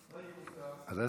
עשר דקות.